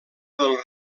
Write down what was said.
del